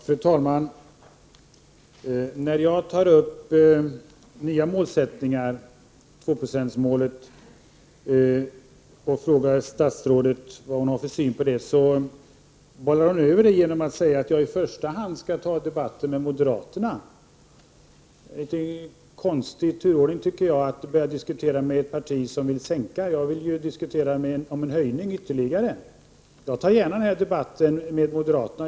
Fru talman! När jag tar upp nya målsättningar, tvåprocentsmålet, och frågar statsrådet vad hon har för syn på det, bollar hon över frågan genom att säga att jag i första hand skall ta debatten med moderaterna. Jag tycker att det är en konstig turordning, att börja diskutera med ett parti som vill sänka målet. Jag vill ju diskutera en ytterligare höjning. Jag tar gärna den debatten med moderaterna.